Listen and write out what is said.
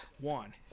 One